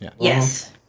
Yes